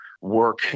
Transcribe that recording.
work